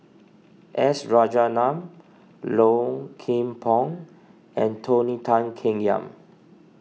S Rajaratnam Low Kim Pong and Tony Tan Keng Yam